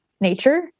nature